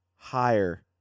Higher